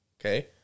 Okay